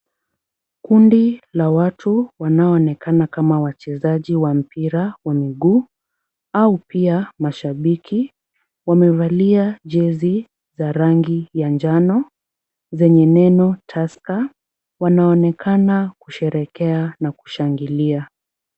Kundi la watu wanaoonekana kama wachezaji wa mpira wa miguu au pia mashabiki wamevalia jezi za rangi ya njano zenye neno Tusker, wanaonekana kusherehekea na kushangilia.